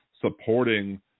supporting